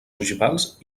ogivals